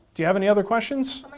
do you have any other questions?